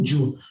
June